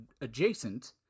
adjacent